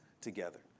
together